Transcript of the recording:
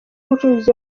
gucuruza